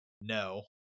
no